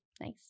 nice